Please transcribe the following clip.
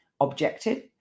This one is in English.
objective